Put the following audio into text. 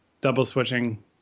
double-switching